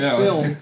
film